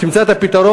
תמצא את הפתרון,